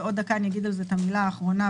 ועוד דקה גם אגיד על זה המילה האחרונה,